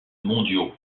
mondiaux